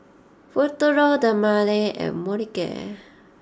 Futuro Dermale and Molicare